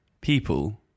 people